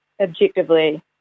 objectively